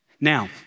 Now